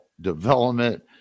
development